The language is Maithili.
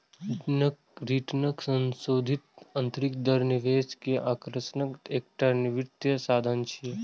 रिटर्नक संशोधित आंतरिक दर निवेश के आकर्षणक एकटा वित्तीय साधन छियै